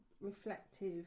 reflective